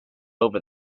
over